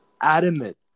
adamant